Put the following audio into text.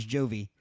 Jovi